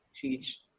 teach